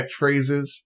catchphrases